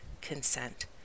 Consent